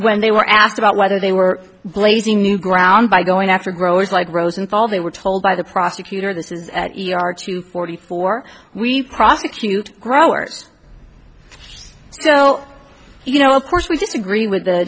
when they were asked about whether they were blazing new ground by going after growers like rosenthal they were told by the prosecutor this is forty four we prosecute growers so you know of course we disagree with the